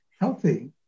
healthy